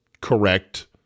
correct